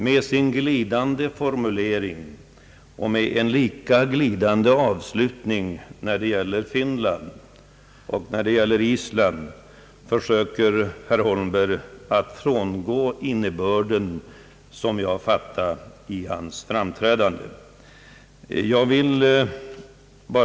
Med en något glidande formulering, och med en lika glidande avslutning när det gäller Finland och Island, försöker herr Holmberg, såsom jag fattar det av hans framträdande, frångå innebörden av detta.